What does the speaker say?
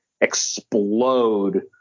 explode